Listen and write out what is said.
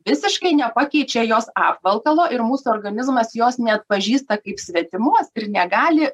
visiškai nepakeičia jos apvalkalo ir mūsų organizmas jos neatpažįsta svetimos ir negali